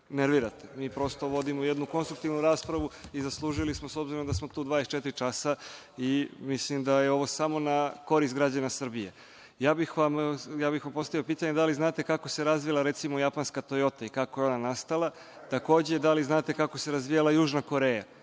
nervirate. Mi prosto vodimo jednu konstruktivnu raspravu i zaslužili smo, s obzirom da smo tu 24 časa. Mislim da je ovo samo na korist građana Srbije. Ja bih vam postavio pitanje – da li znate kako se razvila, recimo, japanska „Tojota“ i kako je ona nastala? Takođe, da li znate kako se razvijala Južna Koreja?